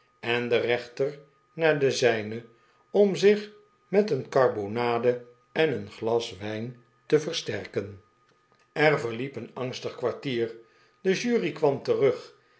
en de rechter naar de zijne om zich met een carbonade en een glas wijn te versterken er verliep een angstig kwartier de jury kwam terug